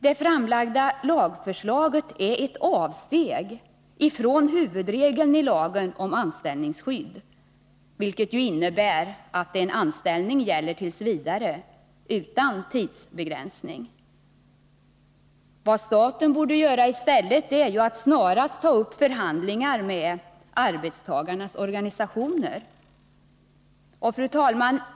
Det framlagda lagförslaget är ett avsteg från huvudregeln i lagen om anställningsskydd, som ju innebär att en anställning gäller t. v. utan tidsbegränsning. Vad staten borde göra i stället är att snarast ta upp förhandlingar med arbetstagarnas organisationer. Fru talman!